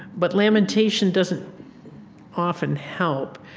but lamentation doesn't often help.